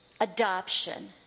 adoption